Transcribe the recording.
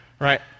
Right